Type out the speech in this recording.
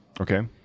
Okay